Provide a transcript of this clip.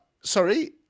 Sorry